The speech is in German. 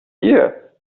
hier